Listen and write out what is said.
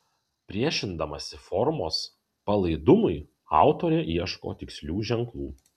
priešindamasi formos palaidumui autorė ieško tikslių ženklų